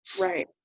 Right